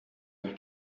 were